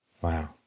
Wow